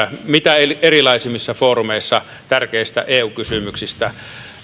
mitä erilaisimmissa foorumeissa tärkeistä eu kysymyksistä